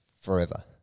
forever